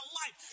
life